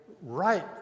right